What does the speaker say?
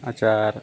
अचार